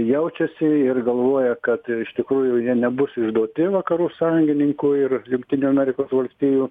jaučiasi ir galvoja kad iš tikrųjų jie nebus išduoti vakarų sąjungininkų ir jungtinių amerikos valstijų